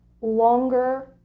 longer